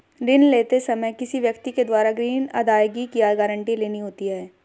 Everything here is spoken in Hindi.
ऋण लेते समय किसी व्यक्ति के द्वारा ग्रीन अदायगी की गारंटी लेनी होती है